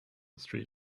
street